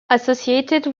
associated